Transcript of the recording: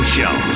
Show